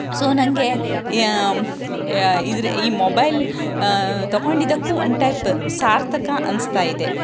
so ನನಗೆ ಇದ್ರ ಈ ಮೊಬೈಲ್ ತಕೊಂಡಿದ್ದಕ್ಕೂ ಒಂದು ಟೈಪ್ ಸಾರ್ಥಕ ಅನಿಸ್ತಾ ಇದೆ